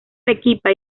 arequipa